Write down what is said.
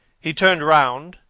he turned round,